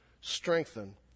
strengthen